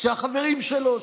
כשהחברים שלו,